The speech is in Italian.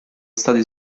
stati